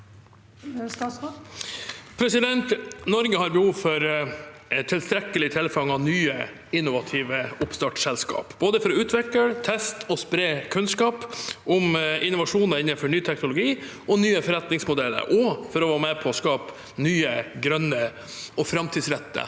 Norge har be- hov for tilstrekkelig tilfang av nye innovative oppstartsselskap, både for å utvikle, teste og spre kunnskap om innovasjon innenfor ny teknologi og nye forretningsmodeller, og for å være med på å skape nye, grønne og framtidsrettede